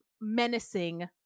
menacing